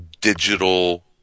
digital